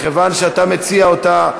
מכיוון שאתה מציע אותה,